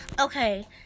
Okay